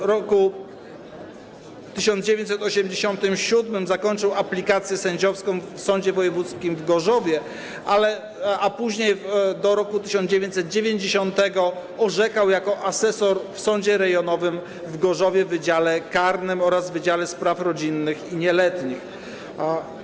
W roku 1987 zakończył aplikację sędziowską w Sądzie Wojewódzkim w Gorzowie, a później do roku 1990 orzekał jako asesor w Sądzie Rejonowym w Gorzowie w Wydziale Karnym oraz w wydziale zajmującym się sprawami rodzinnymi i nieletnich.